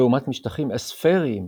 לעומת משטחים אספריים,